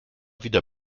wieder